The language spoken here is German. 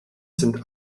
sind